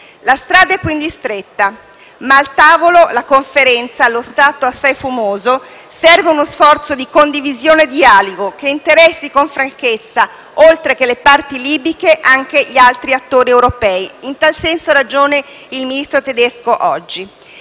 La strada è quindi stretta. Ma al tavolo della Conferenza, allo stato assai fumoso, serve uno sforzo di condivisione e di dialogo, che interessi con franchezza, oltre che le parti libiche, anche gli altri attori europei (in tal senso ha ragione il Ministro degli